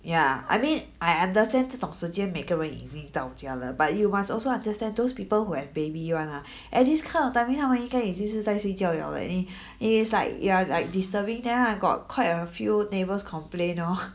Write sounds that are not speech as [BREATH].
yeah I mean I understand 这种时间每个人已经到家了 but you must also understand those people who have baby [one] ah [BREATH] at this kind of timing 他们应该已经是在睡觉了 leh and it [BREATH] it is like ya like disturbing them ah got quite a few neighbours complain lor [NOISE]